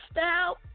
out